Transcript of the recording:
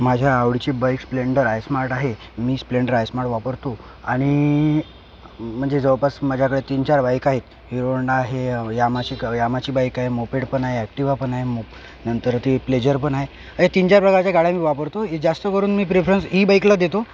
माझ्या आवडीची bike Splendor i smart आहे मी स्प्लेंडर आय स्मार्ट वापरतो आणि म्हणजे जवळपास माझ्याकडे तीन चार बाईक आहेत हिरो होंडा आहे यामाची क यामाची बाईक आहे मोपेड पण आहे ऍक्टिवा पण आहे मोप नंतर ती प्लेजर पण आहे या तीन चार प्रकारचे गाड्या मी वापरतो जास्त करून मी प्रेफरन्स ई बाईकला देतो